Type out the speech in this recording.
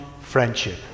friendship